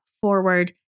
forward